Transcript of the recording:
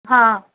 हां